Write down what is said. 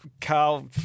Carl